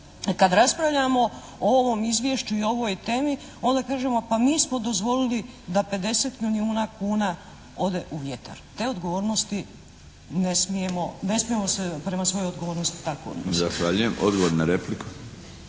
kada raspravljamo o ovom izvješću i o ovoj temi onda kažemo, pa mi smo dozvolili da 50 milijuna kuna ode u vjetar. Te odgovornosti ne smijemo, ne smijemo se prema svojoj odgovornosti tako odnositi.